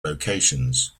locations